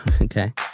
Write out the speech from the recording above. Okay